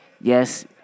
Yes